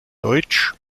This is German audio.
deutsch